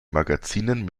magazinen